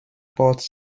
porte